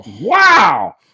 wow